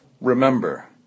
Remember